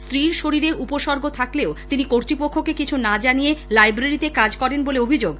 স্ত্রীর শরীরে উপসর্গ থাকলেও তিনি কর্ত্তপক্ষকে কিছু না জানিয়ে লাইব্রেরীতে কাজ করেন বলে অভিযোগ